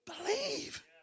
believe